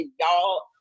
y'all